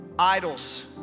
idols